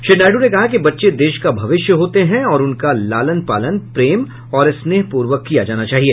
श्री नायडू ने कहा कि बच्चे देश का भविष्य होते हैं और उनका लालन पालन प्रेम और स्नेहपूर्वक किया जाना चाहिए